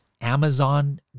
Amazon